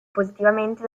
positivamente